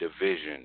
division